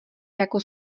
jako